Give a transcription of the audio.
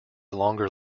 longer